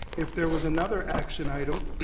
if there was another action item,